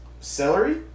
Celery